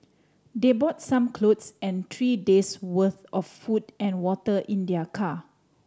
they brought some clothes and three days' worth of food and water in their car